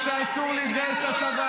מה לעשות?